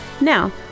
Now